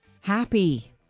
happy